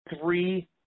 three